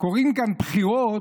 קורות כאן בחירות,